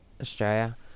Australia